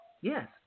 yes